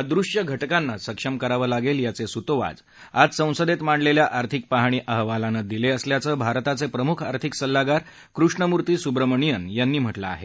अदृष्य घटकांना सक्षम करावं लागेल याचे सुतोवाच आज संसदेत मांडलेल्या आर्थिक पाहणी अहवालानं दिले असल्याचं भारताचे प्रमुख आर्थिक सल्लागार कृष्णमुर्ती सुब्रमणिअन यांनी म्हटलं आहे